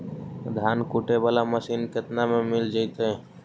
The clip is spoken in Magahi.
धान कुटे बाला मशीन केतना में मिल जइतै?